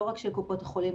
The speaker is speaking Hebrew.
לא רק של קופות החולים,